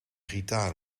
gitaar